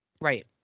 Right